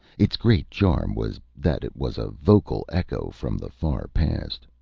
its great charm was that it was a vocal echo from the far past.